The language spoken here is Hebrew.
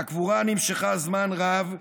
והקבורה נמשכה זמן רב,